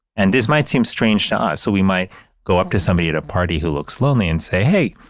and this might seem strange to us. so we might go up to somebody at a party who looks lonely and say, hey,